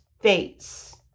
face